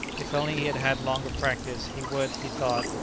if only he had had longer practice he would, he thought,